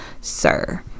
sir